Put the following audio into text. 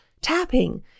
tapping